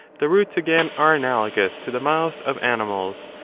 the roots, again, are analogous to the mouths of animals,